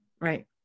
Right